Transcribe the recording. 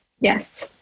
yes